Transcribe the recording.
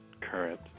current